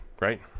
right